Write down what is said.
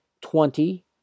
twenty